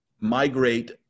migrate